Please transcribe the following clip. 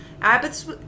Abbott's